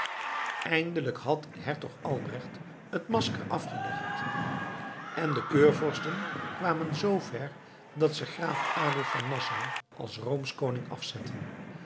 eindelijk had hertog albrecht het masker afgelegd en de keurvorsten kwamen zoover dat ze graaf adolf van nassau als roomsch koning afzetten